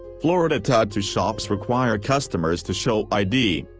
florida tattoo shops require customers to show id.